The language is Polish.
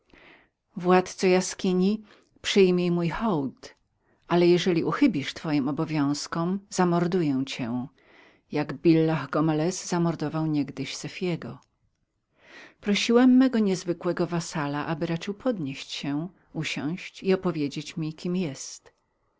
władzco jaskini przyjmij mój hołd ale jeżeli uchybisz twoim obowiązkom zamorduję cię jako billah gomelez zamordował niegdyś sefiego prosiłem mego nadzwyczajnego wazala aby raczył podnieść się usiąść i opowiedział mi kim jest